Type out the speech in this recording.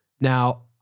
Now